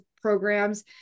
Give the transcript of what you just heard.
programs